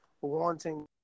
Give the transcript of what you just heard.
wanting